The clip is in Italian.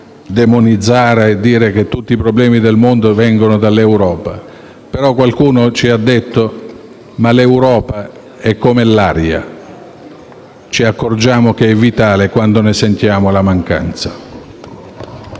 Possiamo demonizzarla e dire che tutti i problemi del mondo provengono dall'Europa. Qualcuno, però, ci ha detto: «L'Europa è come l'aria; ci accorgiamo che è vitale quando ne sentiamo la mancanza».